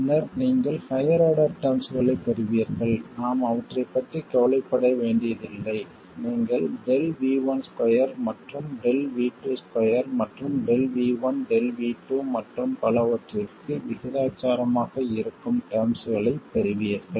பின்னர் நீங்கள் higher order டெர்ம்ஸ்களைப் பெறுவீர்கள் நாம் அவற்றைப் பற்றி கவலைப்பட வேண்டியதில்லை நீங்கள் ΔV12 மற்றும் Δ V22 மற்றும் ΔV1 ΔV2 மற்றும் பலவற்றிற்கு விகிதாசாரமாக இருக்கும் டெர்ம்ஸ்களைப் பெறுவீர்கள்